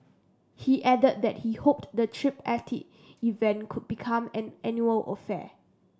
he added that he hoped the tripartite event could become an annual affair